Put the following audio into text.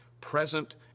present